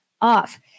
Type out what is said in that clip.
off